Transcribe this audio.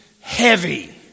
heavy